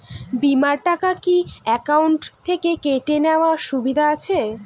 বিমার টাকা কি অ্যাকাউন্ট থেকে কেটে নেওয়ার সুবিধা আছে?